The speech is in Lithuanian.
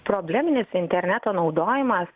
probleminis interneto naudojimas